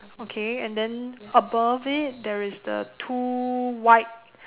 okay and then above it there is the two white